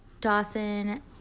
Dawson